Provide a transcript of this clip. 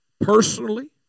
personally